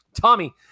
Tommy